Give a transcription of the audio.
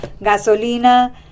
gasolina